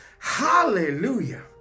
Hallelujah